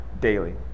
daily